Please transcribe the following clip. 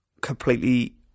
completely